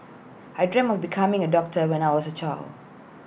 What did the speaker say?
I dreamt of becoming A doctor when I was A child